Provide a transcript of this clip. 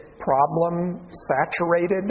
problem-saturated